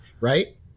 right